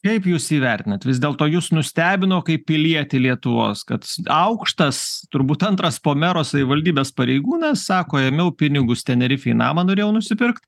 kaip jūs įvertinat vis dėlto jus nustebino kaip pilietį lietuvos kad aukštas turbūt antras po mero savivaldybės pareigūnas sako ėmiau pinigus tenerifėj namą norėjau nusipirkt